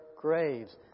graves